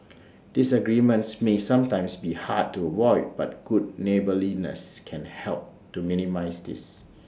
disagreements may sometimes be hard to avoid but good neighbourliness can help to minimise this